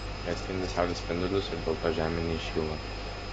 jie atspindi saulės spindulius ir dėl to žemė neįšyla